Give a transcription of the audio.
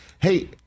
hey